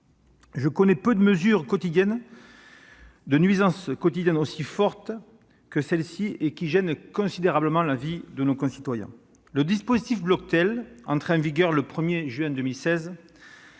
Je connais peu de nuisances quotidiennes aussi fortes : elles gênent considérablement la vie de nos concitoyens. Le dispositif Bloctel, entré en vigueur le 1 juin 2016,